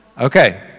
Okay